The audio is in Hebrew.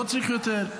לא צריך יותר.